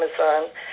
Amazon